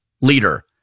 leader